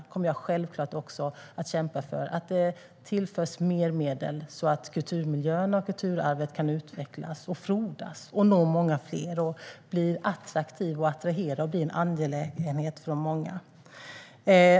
Jag kommer självklart också att kämpa för att det tillförs mer medel så att kulturmiljöerna och kulturarvet kan utvecklas och frodas, nå många fler, bli attraktiva, attrahera och bli en angelägenhet för många.